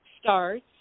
starts